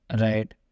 Right